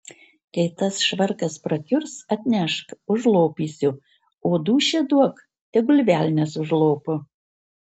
kai tas švarkas prakiurs atnešk užlopysiu o dūšią duok tegul velnias užlopo